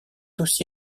aussi